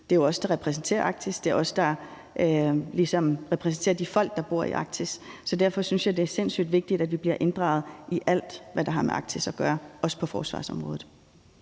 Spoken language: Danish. det er jo os, der repræsenterer Arktis, det er os, der ligesom repræsenterer de folk, der bor i Arktis. Derfor synes jeg, det er sindssygt vigtigt, at vi er inddraget i alt, hvad der har med Arktis at gøre – også på forsvarsområdet.